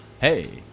Hey